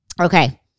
Okay